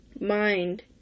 mind